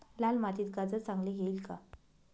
लाल मातीत गाजर चांगले येईल का?